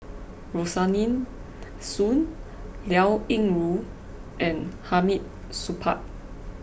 Rosaline Soon Liao Yingru and Hamid Supaat